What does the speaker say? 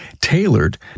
tailored